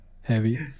heavy